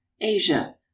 ASIA